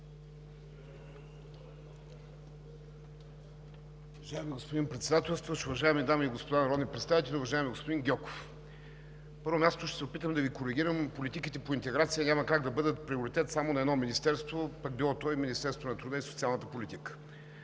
Уважаеми господин Председателстващ, уважаеми дами и господа народни представители! Уважаеми господин Гьоков, на първо място, ще се опитам да Ви коригирам – политиките по интеграция няма как да бъдат приоритет само на едно министерство, пък било то и Министерството на труда и социалната политика.